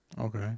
Okay